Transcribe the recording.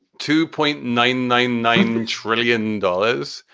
two point nine nine nine trillion dollars.